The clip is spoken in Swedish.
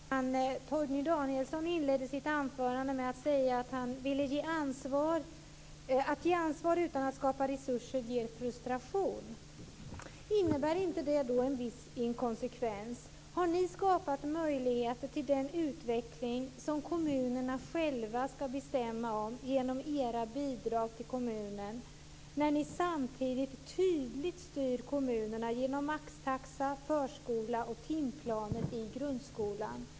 Herr talman! Torgny Danielsson inledde sitt anförande med att säga: att ge ansvar utan att skapa resurser ger frustration. Innebär inte det då en viss inkonsekvens? Har ni, genom era bidrag till kommunerna, skapat möjligheter till den utveckling som kommunerna skall bestämma om, när ni samtidigt tydligt styr kommunerna genom maxtaxa, förskola och timplaner i grundskolan?